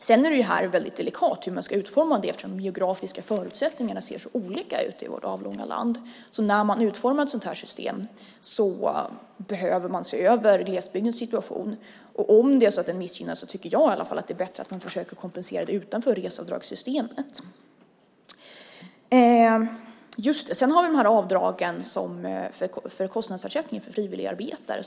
Sedan är det väldigt delikat hur man ska utforma systemet eftersom de geografiska förutsättningarna är så olika i vårt avlånga land, så när man utformar ett sådant system behöver man se över glesbygdens situation. Om det är så att glesbygden missgynnas tycker jag att det är bättre att man försöker kompensera det utanför reseavdragssystemet. Sedan har vi avdragen för kostnadsersättning för frivilligarbetare.